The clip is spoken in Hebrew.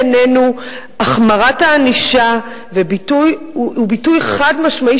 בעינינו החמרת הענישה הוא ביטוי חד-משמעי